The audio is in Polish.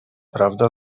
prawda